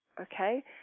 okay